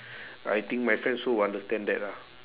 I think my friend also will understand that lah